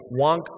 wonk